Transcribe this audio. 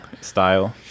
style